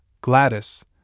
Gladys